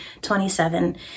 27